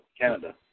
Canada